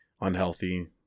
unhealthy